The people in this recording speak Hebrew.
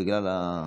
בגלל האקוסטיקה.